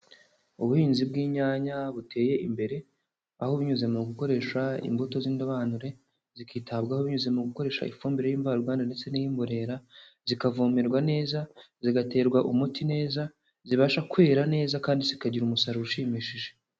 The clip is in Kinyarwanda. Ubuhinzi bw'inyanya buteye imbere, aho binyuze mu gukoresha imbuto z'indobanure zikitabwaho binyuze mu gukoresha ifumbire y'imvaruganda ndetse n'iy'imborera, zikavomererwa neza, zigaterwa umuti neza, zibasha kwera neza kandi zikagira umusaruro ushimishije.